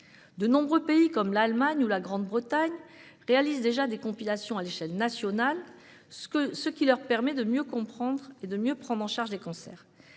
De nombreux pays, comme l'Allemagne ou la Grande-Bretagne, réalisent déjà des compilations à l'échelle nationale, ce qui leur permet de mieux comprendre et prendre en charge les cancers.